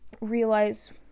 realize